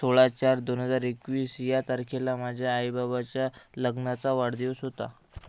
सोळा चार दोन हजार एकवीस या तारखेला माझ्या आईबाबाच्या लग्नाचा वाढदिवस होता